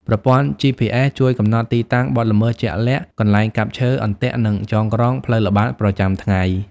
ប្រព័ន្ធ GPS ជួយកំណត់ទីតាំងបទល្មើសជាក់លាក់ កន្លែងកាប់ឈើ អន្ទាក់ និងចងក្រងផ្លូវល្បាតប្រចាំថ្ងៃ។